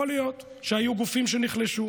יכול להיות שהיו גופים שנחלשו,